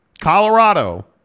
Colorado